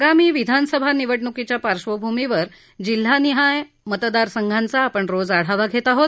आगामी विधानसभा निवडणुकीच्या पार्श्वभूमीवर जिल्हानिहाय मतदार संघांचा आपण रोज आढावा घेत आहोत